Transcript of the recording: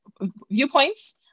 viewpoints